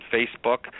Facebook